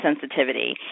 sensitivity